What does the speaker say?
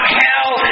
hell